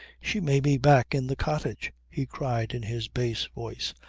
she may be back in the cottage, he cried in his bass voice.